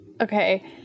Okay